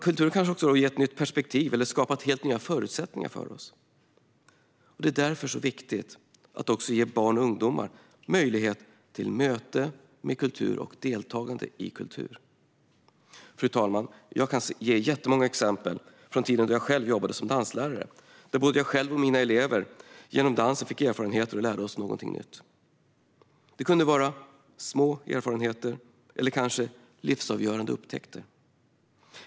Kultur kanske har gett oss ett nytt perspektiv eller skapat helt nya förutsättningar för oss. Det är därför det är så viktigt att också ge barn och ungdomar möjlighet till möte med kultur och deltagande i kultur. Fru talman! Jag kan ge jättemånga exempel från tiden då jag själv jobbade som danslärare på att både jag och mina elever fick erfarenheter och lärde oss något nytt genom dansen. Det kunde vara små erfarenheter eller kanske livsavgörande upptäckter.